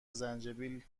زنجبیل